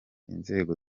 inzego